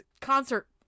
concert